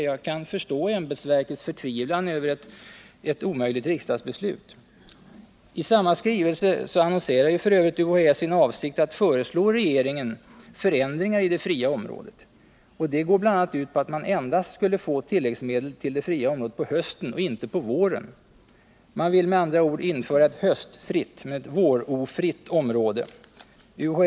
Jag kan förstå ämbetsverkets förtvivlan över ett omöjligt riksdagsbeslut. I samma skrivelse annonserar f. ö. UHÄ sin avsikt att föreslå regeringen förändringar i det fria området. De går bl.a. ut på att man endast skulle kunna få tilläggsmedel till det fria området på hösten och inte på våren. Man vill med andra ord införa ett höstfritt men inte ett vårfritt område.